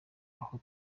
aho